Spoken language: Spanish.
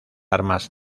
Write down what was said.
armas